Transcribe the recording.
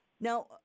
Now